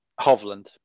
Hovland